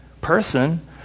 person